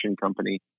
company